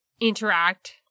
interact